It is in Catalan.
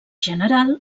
general